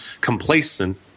complacent